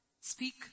Speak